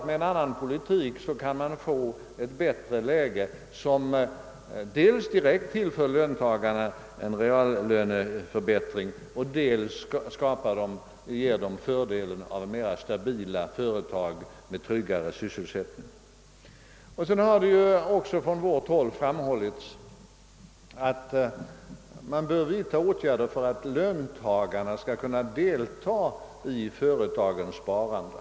Med en bättre politik kan man få ett bättre läge, ett läge som dels direkt tillför löntagarna en reallöneförbättring, dels ger dem fördelen av mer stabila företag och därmed tryggare sysselsättning. Vi har också från vårt håll framhållit, att man bör vidta åtgärder för att få löntagarna att delta i företagssparandet.